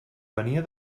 venia